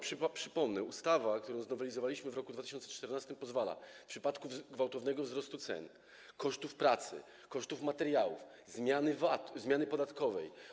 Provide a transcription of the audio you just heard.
Przypomnę - ustawa, którą znowelizowaliśmy w roku 2014, pozwala na to w przypadku gwałtownego wzrostu cen, kosztów pracy, kosztów materiałów, zmiany VAT, zmiany podatkowej.